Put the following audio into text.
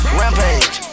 rampage